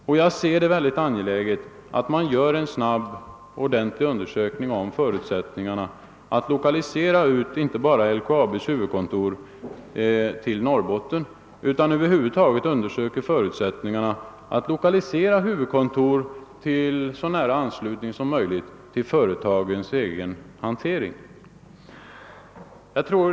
Och jag betecknar det såsom mycket angeläget att en snabb och ordentlig undersökning görs av förutsättningarna att lokalisera ut inte bara LKAB:s huvudkontor till Norrbotten, utan över huvud taget företagens huvudkontor i så nära anslutning som möjligt till den hante ring de bedriver.